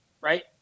right